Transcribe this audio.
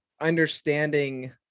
understanding